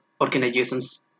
Organizations